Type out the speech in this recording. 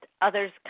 others